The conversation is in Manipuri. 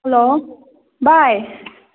ꯍꯂꯣ ꯚꯥꯏ